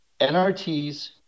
NRTs